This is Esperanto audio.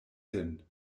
sin